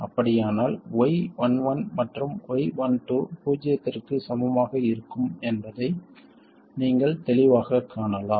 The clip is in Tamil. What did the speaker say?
அப்படியானால் y11 மற்றும் y12 பூஜ்ஜியத்திற்கு சமமாக இருக்கும் என்பதை நீங்கள் தெளிவாகக் காணலாம்